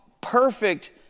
perfect